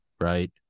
right